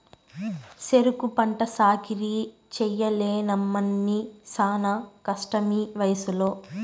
సెరుకు పంట సాకిరీ చెయ్యలేనమ్మన్నీ శానా కష్టమీవయసులో